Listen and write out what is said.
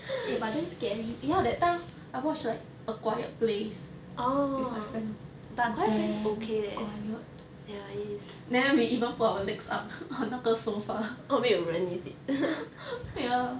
eh but damn scary ya that time I watched like a quiet place with my friends damn quiet then we even put our legs up on 那个 sofa ya